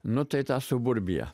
nu tai ta suburbija